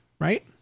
right